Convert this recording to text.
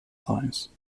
times